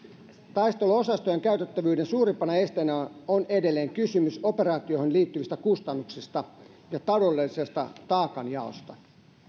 taisteluosastojen käytettävyyden suurimpana esteenä on edelleen kysymys operaatioihin liittyvistä kustannuksista ja taloudellisesta taakanjaosta